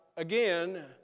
Again